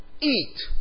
eat